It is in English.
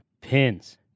pins